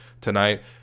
tonight